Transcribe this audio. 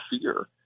fear